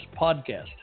podcast